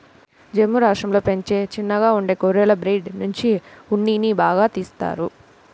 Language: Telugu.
జమ్ము రాష్టంలో పెంచే చిన్నగా ఉండే గొర్రెల బ్రీడ్ నుంచి ఉన్నిని బాగా తీత్తారు